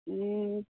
हूँ